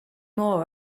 more